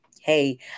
hey